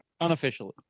Unofficially